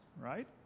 right